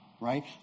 right